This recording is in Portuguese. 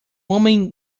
homem